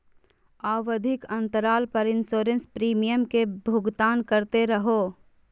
आवधिक अंतराल पर इंसोरेंस प्रीमियम के भुगतान करते रहो